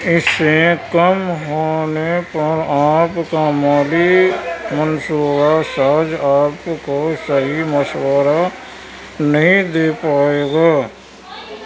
اس سے کم ہونے پر آپ کا مالی منصوبہ ساز آپ کو صحیح مشورہ نہیں دے پائے گا